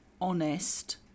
honest